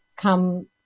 come